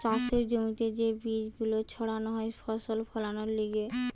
চাষের জমিতে যে বীজ গুলো ছাড়ানো হয় ফসল ফোলানোর লিগে